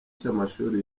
cy’amashuri